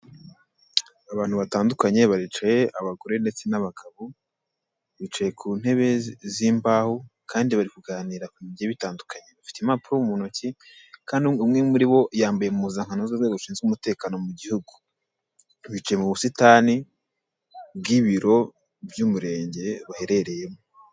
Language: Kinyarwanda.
Abantu batandukanye baricaye abagore ndetse n'abagabo, bicaye ku ntebe z'imbaho kandi bari kuganira ku bintu bigiye bitandukanye. Bafite impapuro mu ntoki kandi umwe muri bo yambaye impuzankano z'urwego rushinzwe umutekano mu gihugu. Bicaye mu busitani bw'ibiro by'umurenge baherereyemo.